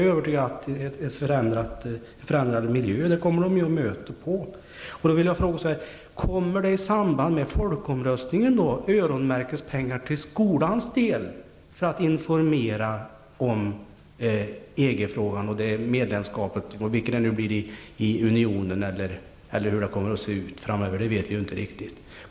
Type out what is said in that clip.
Jag är övertygad om att de kommer att möta en förändrad miljö. Kommer det i samband med folkomröstningen att öronmärkas pengar till skolan för att informera om EG-frågan och medlemskapet? Hur det nu blir i unionen eller hur det kommer att se ut framöver vet vi ju inte riktigt.